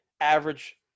average